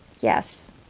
Yes